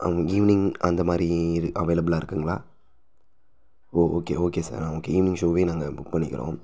evening அந்த மாதிரி இருக்க அவைலபிளாக இருக்குதுங்களா oh okay okay sir ah okay evening ஷோவே நாங்கள் புக் பண்ணிக்கிறோம்